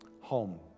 Home